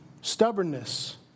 stubbornness